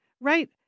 Right